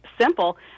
simple